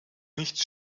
nicht